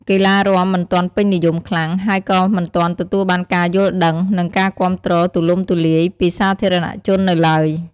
កីឡារាំមិនទាន់ពេញនិយមខ្លាំង ហើយក៏មិនទាន់ទទួលបានការយល់ដឹង និងការគាំទ្រទូលំទូលាយពីសាធារណជននៅឡើយ។